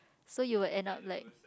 so you will end up like